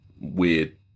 weird